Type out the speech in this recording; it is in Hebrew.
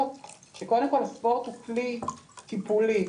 שקודם כל הספורט הוא כלי טיפולי,